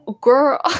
girl